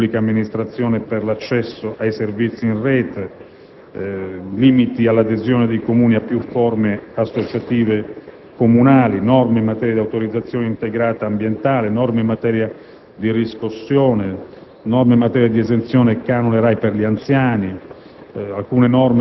sulla pubblica amministrazione per l'accesso ai servizi in rete e limiti all'adesione dei Comuni a più forme associative comunali, norme in materia di autorizzazione integrata ambientale, di riscossione ed esenzione dal canone RAI per gli anziani,